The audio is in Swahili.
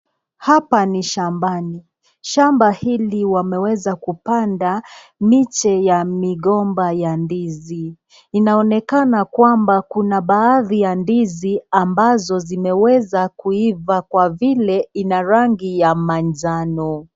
Hapa ni shambani. Shamba hili wameweza kupanda miche ya migomba ya ndizi. Inaonekana kwamba kuna baadhi ya ndizi ambazo zimeweza kuiva kwa vile ina rangi ya manjano.